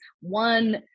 one